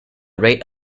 rate